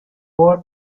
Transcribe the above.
more